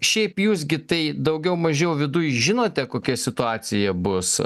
šiaip jūs gi tai daugiau mažiau viduj žinote kokia situacija bus